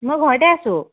মই ঘৰতে আছোঁ